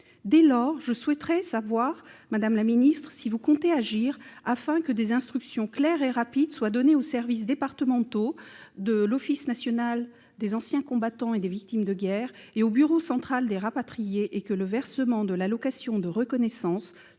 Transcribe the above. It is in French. Dès lors, je souhaiterais savoir si vous comptez agir, afin que des instructions claires et rapides soient données aux services départementaux de l'Office national des anciens combattants et victimes de guerre et au bureau central des rapatriés et que le versement de l'allocation de reconnaissance sous